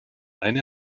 eine